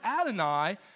Adonai